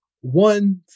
one